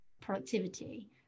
productivity